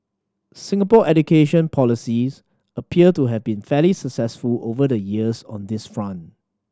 Singapore education policies appear to have been fairly successful over the years on this front